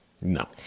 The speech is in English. No